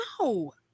No